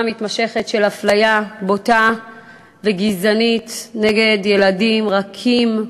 מתמשכת של אפליה בוטה וגזענית נגד ילדים רכים,